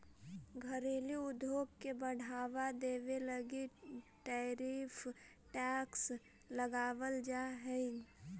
घरेलू उद्योग के बढ़ावा देवे लगी टैरिफ टैक्स लगावाल जा हई